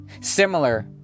similar